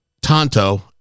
Tonto